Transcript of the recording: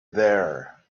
there